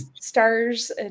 stars